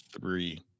three